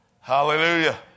Hallelujah